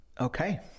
Okay